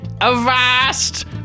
Avast